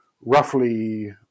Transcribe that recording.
roughly